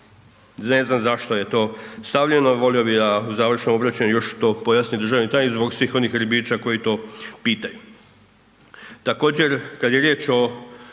Ne znam zašto je to stavljeno, volio bih da u završnom obraćanju još to pojasni državni tajnik zbog svih onih ribiča koji to pitaju.